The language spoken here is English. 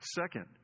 Second